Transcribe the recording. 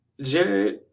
Jared